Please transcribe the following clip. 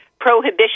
prohibition